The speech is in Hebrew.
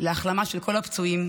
להחלמה של כל הפצועים.